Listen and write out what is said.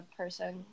person